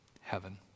heaven